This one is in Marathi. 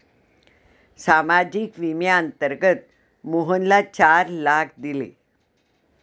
सामाजिक विम्याअंतर्गत मोहनला चार लाख दिले